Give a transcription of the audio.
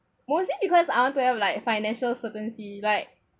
mostly because I want to have like financial certainty like